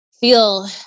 feel